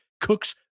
cook's